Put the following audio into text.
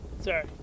sorry